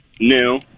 New